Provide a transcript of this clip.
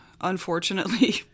unfortunately